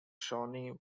shawnee